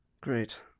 Great